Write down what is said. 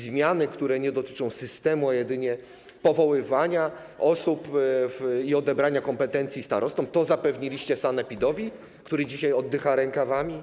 Zmiany, które dotyczą nie systemu, a jedynie powoływania osób i odebrania kompetencji starostom - to zapewniliście sanepidowi, który dzisiaj oddycha rękawami?